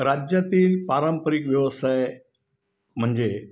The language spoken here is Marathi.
राज्यातील पारंपरिक व्यवसाय म्हणजे